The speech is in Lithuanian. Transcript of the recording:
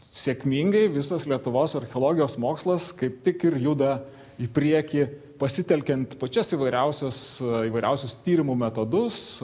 sėkmingai visas lietuvos archeologijos mokslas kaip tik ir juda į priekį pasitelkiant pačias įvairiausias įvairiausius tyrimo metodus